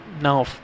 Now